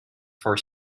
for